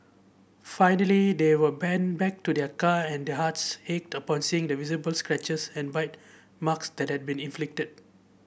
finally they were pen back to their car and their hearts ached upon seeing the visible scratches and bite marks that had been inflicted